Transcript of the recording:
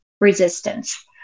resistance